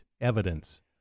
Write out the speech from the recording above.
evidence